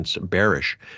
bearish